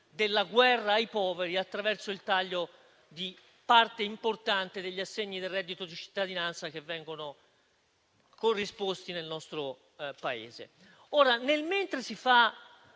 la guerra ai poveri attraverso il taglio di parte importante degli assegni del reddito di cittadinanza che vengono corrisposti nel nostro Paese. Ora, mentre si fa